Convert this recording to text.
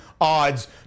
odds